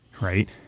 right